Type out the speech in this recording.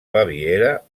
baviera